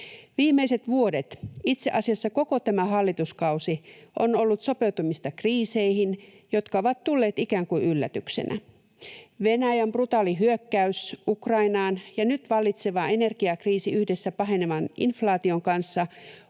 Viimeiset vuodet, itse asiassa koko tämä hallituskausi, ovat olleet sopeutumista kriiseihin, jotka ovat tulleet ikään kuin yllätyksenä. Venäjän brutaali hyökkäys Ukrainaan ja nyt vallitseva energiakriisi yhdessä pahenevan inflaation kanssa